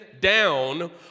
down